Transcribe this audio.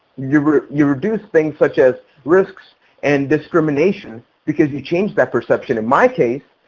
you bring you reduce things such as risks and discrimination because you change that perception. in my case,